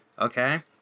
okay